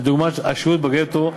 לדוגמה השהות בגטו,